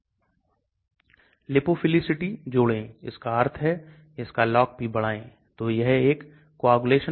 यह सिर्फ ऐसा नहीं है कि हम एक को बदलें और अपने लक्ष्य को प्राप्त कर लें